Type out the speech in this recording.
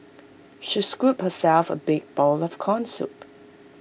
she scooped herself A big bowl of Corn Soup